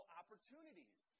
opportunities